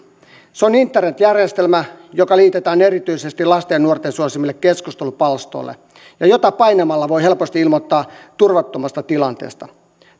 se on internetjärjestelmä joka liitetään erityisesti lasten ja nuorten suosimille keskustelupalstoille ja jota painamalla voi helposti ilmoittaa turvattomasta tilanteesta